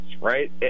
right